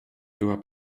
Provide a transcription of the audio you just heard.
była